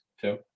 Two